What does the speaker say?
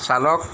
চালক